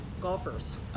Golfers